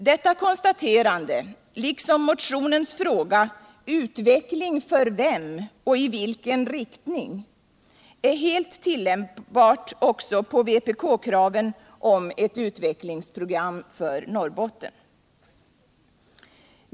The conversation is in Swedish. Detta konstaterande, liksom motionens fråga ”Utveckling för vem och i vilken riktning?”, är helt tillämpbart på vpkkraven om ett utvecklingsprogram för Norrbotten.